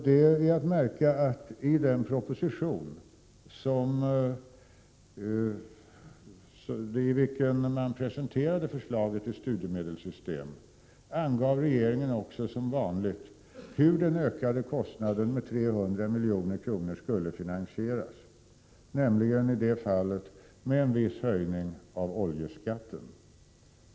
Det är att märka att regeringen i den proposition i vilken den presenterade förslaget till studiemedelssystem också som vanligt angav hur den ökade kostnaden med 300 milj.kr. skulle finansieras, i det fallet med en viss höjning av oljeskatten.